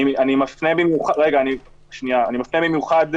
אני חושב שמבלי להיות עורכי דין שמופיעים באולמות כמונו,